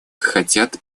хотят